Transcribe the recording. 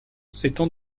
s’étend